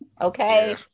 okay